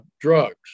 drugs